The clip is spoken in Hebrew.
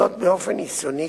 זאת באופן ניסיוני,